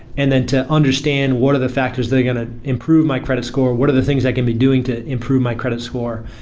and then to understand what are the factors that are going to improve my credit score, what are the things i can be doing to improve my credit score?